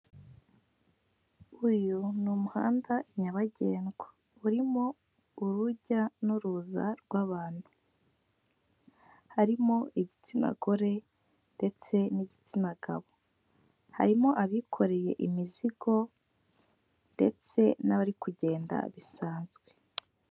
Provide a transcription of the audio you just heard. Uyu ni umuhanda nyabagendwa, urimo urujya n'uruza rw'abantu, harimo igitsina gore ndetse n'igitsina gabo, harimo abikoreye imizigo ndetse n'abari kugenda bisanzwe.